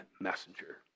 messenger